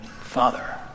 Father